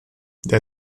der